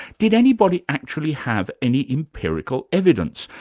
did anybody actually have any empirical evidence?